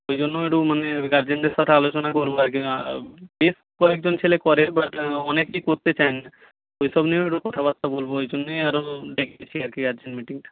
ওই জন্য একটু মানে গার্জেনদের সাথে আলোচনা করব আর কি বেশ কয়েকজন ছেলে করে বা অনেকেই করতে চায় না ওই সব নিয়েও একটু কথাবার্তা বলব ওই জন্যই আরও ডেকেছি আর কি গার্জেন মিটিংটা